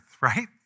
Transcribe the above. right